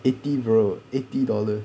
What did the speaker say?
eighty bro eighty dollar